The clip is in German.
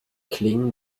klingen